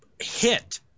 hit